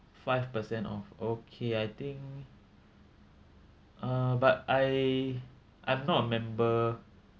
five percent off okay I think uh but I I'm not a member